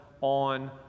on